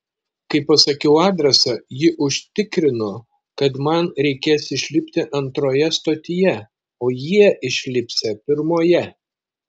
kai pasakiau adresą ji užtikrino kad man reikės išlipti antroje stotyje o jie išlipsią pirmoje